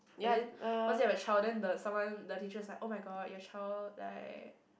and then once you have a child then the someone the teacher is like oh-my-god your child like